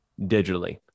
digitally